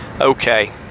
Okay